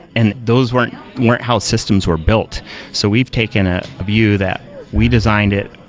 and those weren't weren't how systems were built so we've taken a view that we designed it,